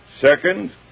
Second